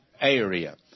area